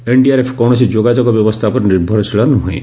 NDRF କୌଣସି ଯୋଗାଯୋଗ ବ୍ୟବସ୍ଥା ଉପରେ ନିର୍ଭରଶୀଳ ନୁହେଁ